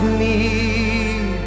need